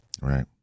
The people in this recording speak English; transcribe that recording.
Right